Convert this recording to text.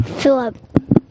Philip